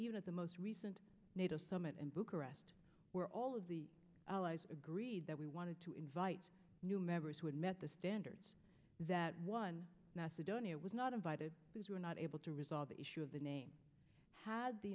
even at the most recent nato summit in bucharest were all of the allies agreed that we wanted to invite new members who had met the standards that won macedonia was not invited were not able to resolve the issue of the name of the